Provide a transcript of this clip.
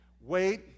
wait